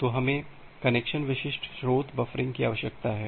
तो हमें कनेक्शन विशिष्ट स्रोत बफरिंग की आवश्यकता है